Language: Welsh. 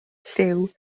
llyw